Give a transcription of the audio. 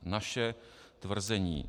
Naše tvrzení.